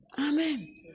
Amen